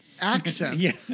accent